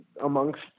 amongst